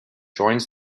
joins